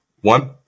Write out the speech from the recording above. One